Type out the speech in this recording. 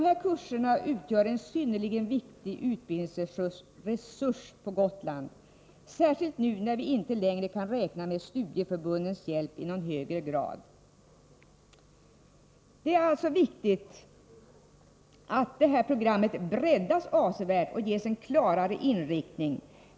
Dessa kurser utgör en synnerligen viktig utbildningsresurs på Gotland, särskilt nu när vi inte längre kan räkna med studieförbundens hjälp i någon högre grad. Det är viktigt att detta program breddas avsevärt och ges en klarare inriktning.